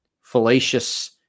fallacious